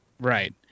Right